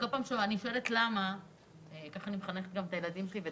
כך אני מחנכת גם את הילדים שלי.